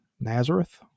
Nazareth